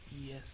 Yes